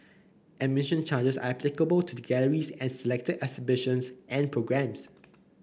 admission charges are applicable to the galleries and selected exhibitions and programmes